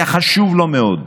היה חשוב לו מאוד,